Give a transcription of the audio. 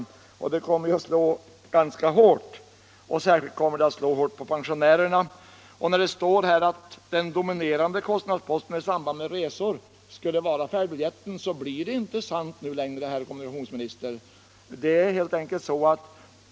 Denna höjning kommer att slå ganska hårt, särskilt mot pensionärerna. Herr Norling framhåller i sitt svar att färdbiljetten är den dominerande kostnadsposten i samband med resor. Detta är inte alltid sant längre, herr kommunikationsminister.